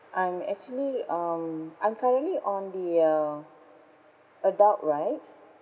I'm actually um I'm currently on the uh adult right